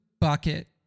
bucket